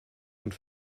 und